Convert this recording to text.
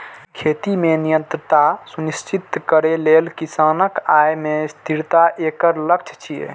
खेती मे निरंतरता सुनिश्चित करै लेल किसानक आय मे स्थिरता एकर लक्ष्य छियै